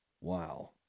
Wow